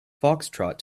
foxtrot